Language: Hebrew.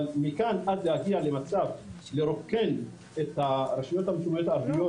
אבל מכאן ועד להגיע למצב לרוקן את הרשויות המקומיות הערביות